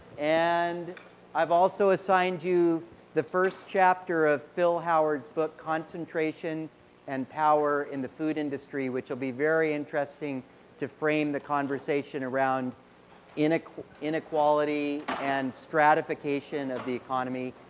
and i have also assigned you the first chapter of fill howard's book concentration and power in the food industry which will be very interesting to frame the conversation around inequality and stratification of the economy.